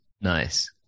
Nice